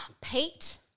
Pete